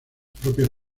propias